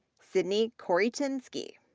sydney korycinski,